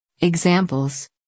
Examples